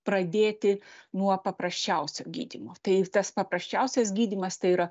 pradėti nuo paprasčiausio gydymo tai tas paprasčiausias gydymas tai yra